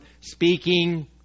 speaking